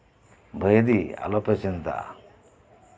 ᱵᱷᱟᱹᱭᱫᱤ ᱟᱞᱚᱯᱮ ᱪᱤᱱᱛᱟᱜᱼᱟ